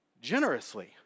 generously